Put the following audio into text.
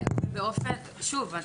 אני